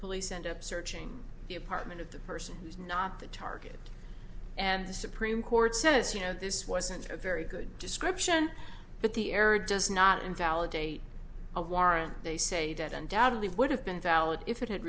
police end up searching the apartment of the person not the target and the supreme court says you know this wasn't a very good description but the error does not invalidate a warrant they say that undoubtedly would have been valid if it had